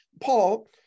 Paul